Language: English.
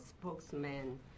spokesman